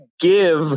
give